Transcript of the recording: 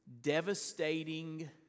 devastating